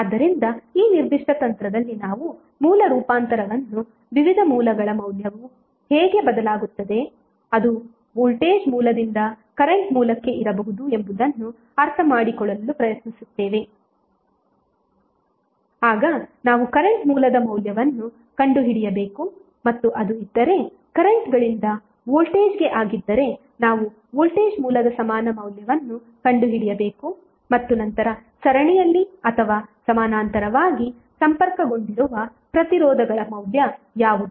ಆದ್ದರಿಂದ ಈ ನಿರ್ದಿಷ್ಟ ತಂತ್ರದಲ್ಲಿ ನಾವು ಮೂಲ ರೂಪಾಂತರವನ್ನು ವಿವಿಧ ಮೂಲಗಳ ಮೌಲ್ಯವು ಹೇಗೆ ಬದಲಾಗುತ್ತದೆ ಅದು ವೋಲ್ಟೇಜ್ ಮೂಲದಿಂದ ಕರೆಂಟ್ ಮೂಲಕ್ಕೆ ಇರಬಹುದು ಎಂಬುದನ್ನು ಅರ್ಥಮಾಡಿಕೊಳ್ಳಲು ಪ್ರಯತ್ನಿಸುತ್ತೇವೆ ಆಗ ನಾವು ಕರೆಂಟ್ ಮೂಲದ ಮೌಲ್ಯವನ್ನು ಕಂಡುಹಿಡಿಯಬೇಕು ಮತ್ತು ಅದು ಇದ್ದರೆ ಕರೆಂಟ್ಗಳಿಂದ ವೋಲ್ಟೇಜ್ಗೆ ಆಗಿದ್ದರೆ ನಾವು ವೋಲ್ಟೇಜ್ ಮೂಲದ ಸಮಾನ ಮೌಲ್ಯವನ್ನು ಕಂಡುಹಿಡಿಯಬೇಕು ಮತ್ತು ನಂತರ ಸರಣಿಯಲ್ಲಿ ಅಥವಾ ಸಮಾನಾಂತರವಾಗಿ ಸಂಪರ್ಕಗೊಂಡಿರುವ ಪ್ರತಿರೋಧಗಳ ಮೌಲ್ಯ ಯಾವುದು